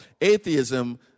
Atheism